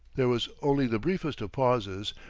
there was only the briefest of pauses,